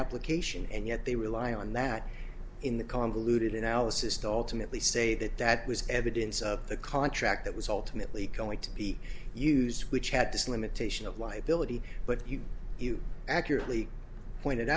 application and yet they rely on that in the convoluted analysis to alternately say that that was evidence of the contract that was ultimately going to be used which had this limitation of liability but you accurately pointed